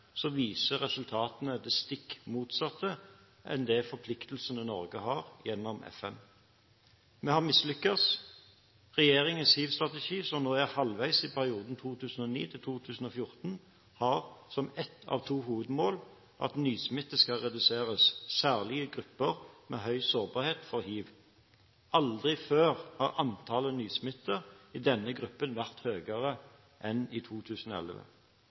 viser resultatene det stikk motsatte enn forpliktelsene som Norge har gjennom FN. Vi har mislyktes. Regjeringens hivstrategi for perioden 2009–2014, som nå er halvveis, har som ett av to hovedmål at nysmitte skal reduseres, særlig i grupper med høy sårbarhet for hiv. Aldri før har antallet nysmittede i denne gruppen vært høyere enn i 2011.